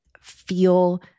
feel